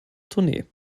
tournee